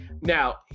Now